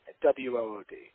W-O-O-D